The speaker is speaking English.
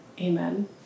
Amen